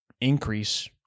increase